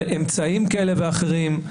על אמצעים כאלה ואחרים,